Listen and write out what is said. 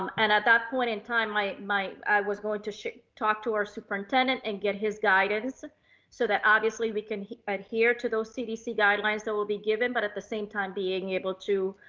um and at that point in time, my, i was going to talk to our superintendent and get his guidance so that obviously we can adhere to those cdc guidelines that will be given. but at the same time, being able to